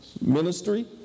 ministry